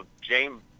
James